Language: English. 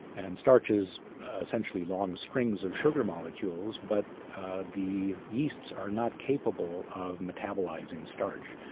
and starch is essentially long strings of sugar molecules, but the yeasts are not capable of metabolizing starch.